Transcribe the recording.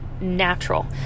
Natural